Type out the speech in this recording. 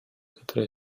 către